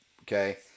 okay